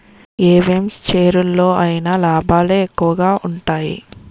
ఏ వెంచెరులో అయినా లాభాలే ఎక్కువగా ఉంటాయి